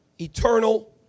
Eternal